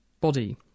body